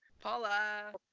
Paula